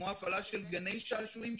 כמו הפעלה של גני שעשועים,